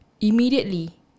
immediately